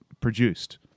produced